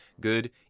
good